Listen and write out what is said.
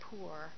poor